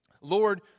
Lord